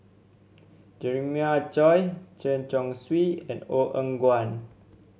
Jeremiah Choy Chen Chong Swee and Ong Eng Guan